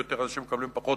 ויותר אנשים מקבלים פחות